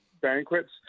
banquets